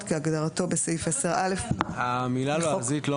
כהגדרתו בסעיף 10א לחוק המוסד העליון ללשון העברית,